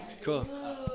Cool